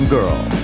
Girl